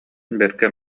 бэркэ